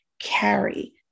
carry